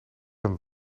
hem